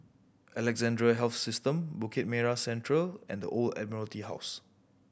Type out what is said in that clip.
Alexandra Health System Bukit Merah Central and The Old Admiralty House